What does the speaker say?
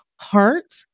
heart